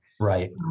Right